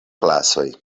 klasoj